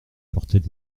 portaient